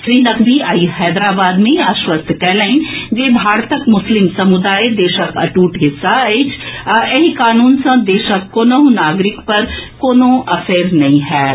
श्री नकवी आई हैदराबाद मे आश्वस्त कयलनि जे भारतक मुस्लिम समुदाय देशक अटूट हिस्सा अछि आ एहि कानून सॅ देशक कोनहुँ नागरिक पर कोनो असरि नहि पड़त